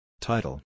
Title